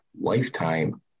lifetime